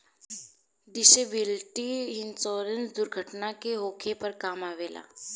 disability insurance दुर्घटना के होखे पर काम अवेला